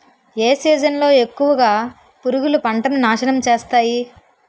ఏ season లో ఎక్కువుగా పురుగులు పంటను నాశనం చేస్తాయి?